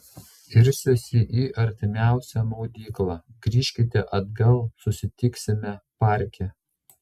irsiuosi į artimiausią maudyklą grįžkite atgal susitiksime parke